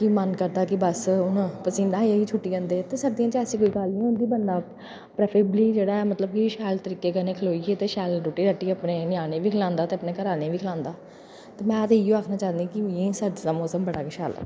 ते मन करदा ऐ कि बस हून पसीने आई आइयै छुटी जंदे ते सर्दियें च ऐसी कोई गल्ल निं होंदी बंदा अपने फ्ही बी जेह्ड़ा ऐ ओह् शैल तरीकै कन्नै खडोइयै ते शैल रुट्टी रट्टी अपने ञ्यानें गी बी खलांदा ते अपने घरैआह्लें गी बी खलांदा ते में ते इ'यै आखना चाह्न्नीं कि मिगी सर्दियें दा मौसम बड़ा गै शैल लगदा